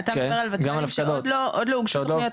אתה מדבר על וותמל"ים שעוד לא הוגשו תוכניות,